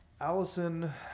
Allison